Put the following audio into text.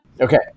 Okay